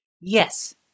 Yes